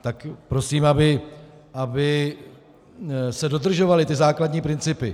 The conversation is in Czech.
Tak prosím, aby se dodržovaly ty základní principy.